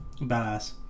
Badass